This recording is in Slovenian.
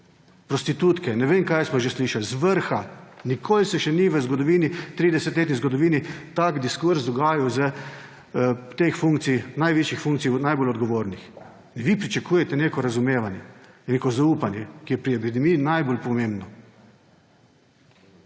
prostitutke, ne vem, kaj smo že slišali, z vrha. Nikoli se še ni v 30-letni zgodovini tak diskurz dogajal s teh funkcij, najvišjih funkcij, od najbolj odgovornih. In vi pričakujete neko razumevanje, neko zaupanje, ki je pri epidemiji najbolj pomembno.